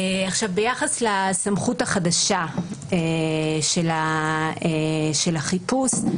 ביחס לסמכות החדשה של החיפוש,